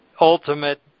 ultimate